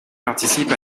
participent